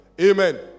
Amen